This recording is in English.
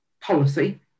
Policy